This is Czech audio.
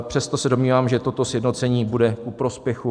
Přesto se domnívám, že toto sjednocení bude ku prospěchu.